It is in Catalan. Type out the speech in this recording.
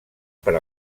per